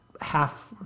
half